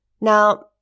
Now